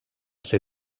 ser